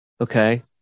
Okay